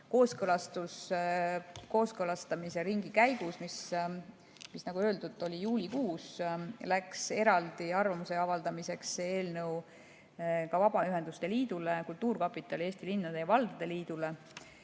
Kooskõlastamisringi käigus, mis, nagu öeldud, oli juulikuus, läks eelnõu eraldi arvamuse avaldamiseks ka Vabaühenduste Liidule, kultuurkapitalile ning Eesti Linnade ja Valdade Liidule.